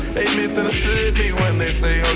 they misunderstood me when they say